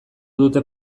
dute